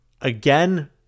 Again